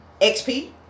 XP